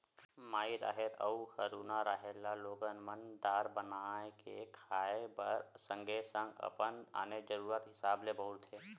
माई राहेर अउ हरूना राहेर ल लोगन मन दार बना के खाय बर सगे संग अउ अपन आने जरुरत हिसाब ले बउरथे